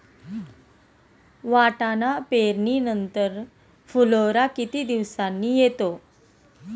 वाटाणा पेरणी नंतर फुलोरा किती दिवसांनी येतो?